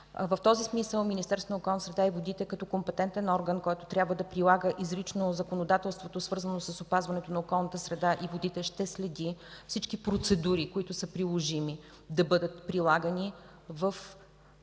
В този смисъл Министерството на околната среда и водите като компетентен орган, който трябва да прилага изрично законодателството, свързано с опазването на околната среда и водите, ще следи всички приложими процедури да бъдат прилагани в